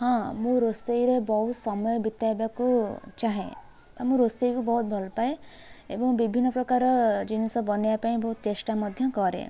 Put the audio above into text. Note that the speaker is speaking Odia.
ହଁ ମୁଁ ରୋଷେଇରେ ବହୁତ ସମୟ ବିତାଇବାକୁ ଚାହେଁ ତ ମୁଁ ରୋଷେଇକୁ ବହୁତ ଭଲପାଏ ଏବଂ ବିଭିନ୍ନ ପ୍ରକାର ଜିନିଷ ବନେଇବା ପାଇଁ ବହୁତ ଚେଷ୍ଟା ମଧ୍ୟ କରେ